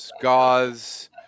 gauze